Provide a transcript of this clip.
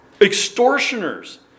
extortioners